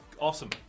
awesome